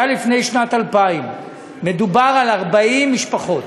היה לפני שנת 2000. מדובר ב-40 משפחות,